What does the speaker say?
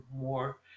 more